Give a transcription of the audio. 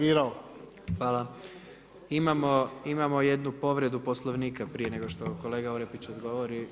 Imamo jednu povredu Poslovnika prije nego što kolega Orepić odgovori.